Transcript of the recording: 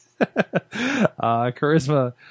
charisma